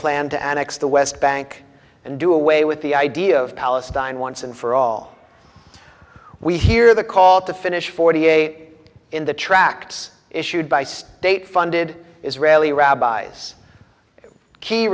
plan to annex the west bank and do away with the idea of palestine once and for all we hear the call to finish forty eight in the tracts issued by state funded israeli rabbis key